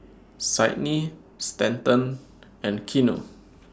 Cydney Stanton and Keanu